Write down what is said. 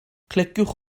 cliciwch